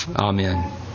Amen